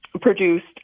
produced